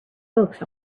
books